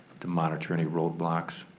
to monitor any roadblocks.